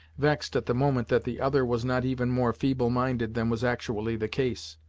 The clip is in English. vexed at the moment that the other was not even more feeble minded than was actually the case.